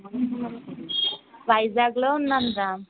వైజాగ్లో ఉందంట రా